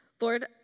Lord